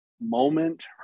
moment